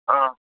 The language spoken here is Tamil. ஆ